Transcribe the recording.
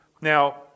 Now